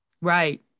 Right